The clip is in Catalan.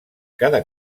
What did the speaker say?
cada